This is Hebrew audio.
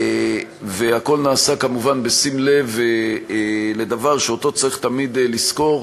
והכול נעשה כמובן בשים לב לדבר שצריך תמיד לזכור: